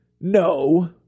No